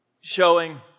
showing